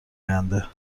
آینده